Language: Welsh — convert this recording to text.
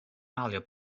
malio